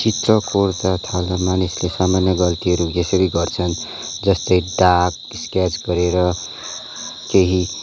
चित्र कोर्दा थाल्दा मानिसले सामान्य गल्तीहरू यसरी गर्छन् जस्तै डार्क स्केच गरेर केही